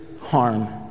harm